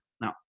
Now